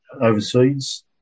overseas